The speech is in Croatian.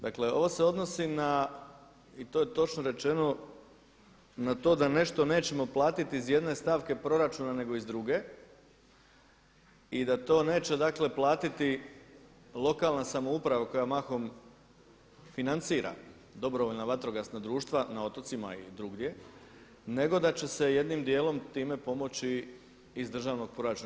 Dakle ovo se odnosi i to je točno rečeno na to da nešto nećemo platiti iz jedne stavke proračuna nego iz druge i da to neće platiti lokalna samouprava koja mahom financira dobrovoljna vatrogasna društva na otocima i drugdje nego da će se jednim dijelom time pomoći iz državnog proračuna.